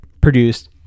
produced